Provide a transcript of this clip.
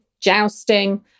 jousting